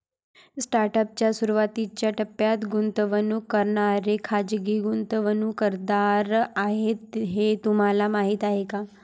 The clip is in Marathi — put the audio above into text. स्टार्टअप च्या सुरुवातीच्या टप्प्यात गुंतवणूक करणारे खाजगी गुंतवणूकदार आहेत हे तुम्हाला माहीत आहे का?